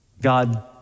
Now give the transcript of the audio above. God